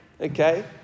Okay